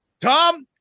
Tom